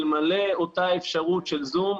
אלמלא אותה אפשרות של "זום",